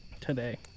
today